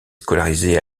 scolarisé